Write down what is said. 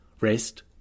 Rest